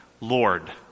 Lord